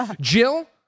Jill